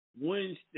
Wednesday